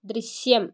ദൃശ്യം